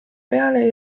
peale